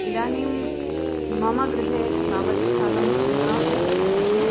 इदानीं मम गृहे तावत् स्थलं न भवति